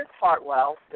Hartwell